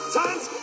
times